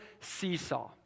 seesaw